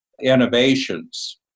innovations